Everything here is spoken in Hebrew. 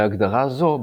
בהגדרה זו,